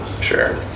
Sure